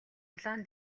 улаан